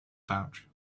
pouch